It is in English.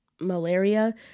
malaria